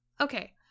okay